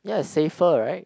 ya is safer right